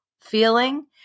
feeling